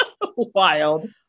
Wild